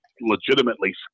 legitimately